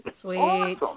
sweet